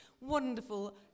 wonderful